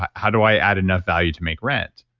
ah how do i add enough value to make rent?